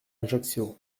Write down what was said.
ajaccio